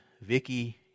Vicky